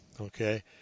okay